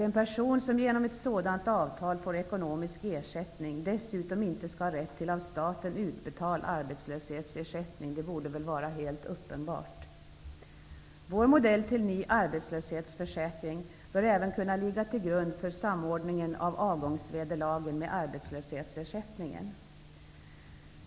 En person som genom ett sådant avtal får ekonomisk ersättning skall inte dessutom ha rätt till av staten utbetald arbetslöshetsersättning. Detta borde väl vara helt uppenbart. Vår modell till ny arbetslöshetsförsäkring bör även kunna ligga till grund för samordningen av avgångsvederlagen med arbetslöshetsersättningen.